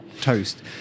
Toast